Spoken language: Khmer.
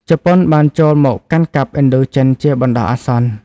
ជប៉ុនបានចូលមកកាន់កាប់ឥណ្ឌូចិនជាបណ្ដោះអាសន្ន។